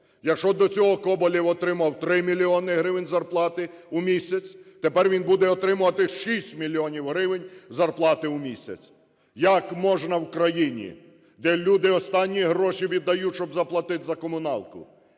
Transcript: Якщо до цього Коболєв отримував 3 мільйони гривень зарплати у місяць, тепер він буде отримувати 6 мільйонів гривень зарплати у місяць. Як можна в країні, де люди останні гроші віддають, щоб заплатити за комуналку,